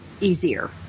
easier